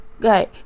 guy